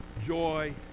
joy